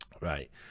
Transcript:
Right